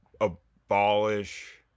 abolish